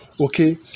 okay